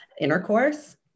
intercourse